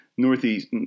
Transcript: Northeast